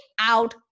out